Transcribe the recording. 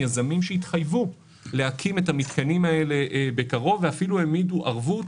יזמים שהתחייבו להקים את המתקנים האלה בקרוב ואפילו העמידו ערבות